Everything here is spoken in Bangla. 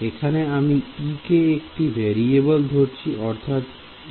এখানে আমি E কে একটি ভেরিয়েবল ধরছি অর্থাৎ Uyˆ